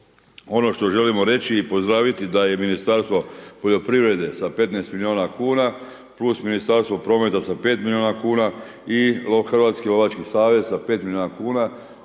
Ono što želimo reći i pozdraviti da je Ministarstvo poljoprivrede sa 15 milijuna kuna plus Ministarstvo prometa sa 5 milijuna kuna i Hrvatski lovački savez sa 5 milijuna kuna